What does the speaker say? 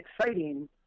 exciting